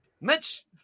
Mitch